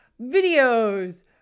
videos